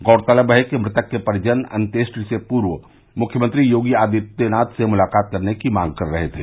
गौरतलब है कि मृतक के परिजन अन्येष्टि से पूर्व मुख्यमंत्री योगी आदित्यनाथ से मुलाकात करने की मांग कर रहे थे